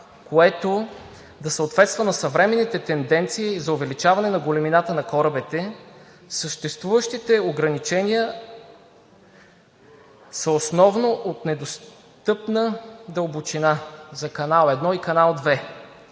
което да съответства на съвременните тенденции за увеличаване на големината на корабите, съществуващите ограничения са основно от недостъпна дълбочина за канал 1 и канал 2.